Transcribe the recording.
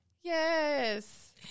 Yes